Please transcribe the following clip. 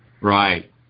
Right